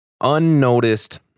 unnoticed